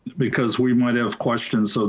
because we might have questions. so